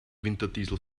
winterdiesel